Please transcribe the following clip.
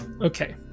okay